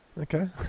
Okay